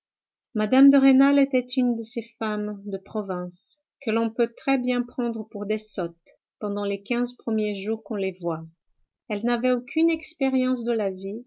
de rênal était une de ces femmes de province que l'on peut très bien prendre pour des sottes pendant les quinze premiers jours qu'on les voit elle n'avait aucune expérience de la vie